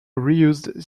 reused